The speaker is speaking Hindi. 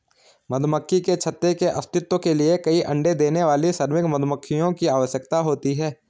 मधुमक्खी के छत्ते के अस्तित्व के लिए कई अण्डे देने वाली श्रमिक मधुमक्खियों की आवश्यकता होती है